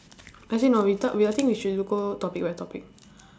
as in no we ta~ we I think we should go topic by topic